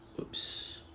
Oops